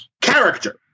character